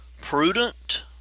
Prudent